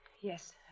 Yes